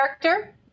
character